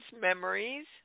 memories